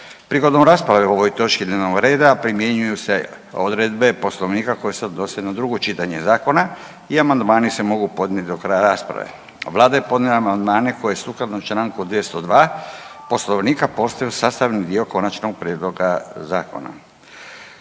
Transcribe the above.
Prigodom rasprave o ovoj točki dnevnog reda primjenjuju se odredbe Poslovnika koje se odnose na drugo čitanje zakona i amandmani se mogu podnijeti do kraja rasprave. Vlada je podnijela amandmane koje sukladno čl. 202 Poslovnika postaju sastavni dio konačnog prijedloga zakona.